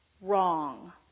Wrong